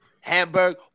Hamburg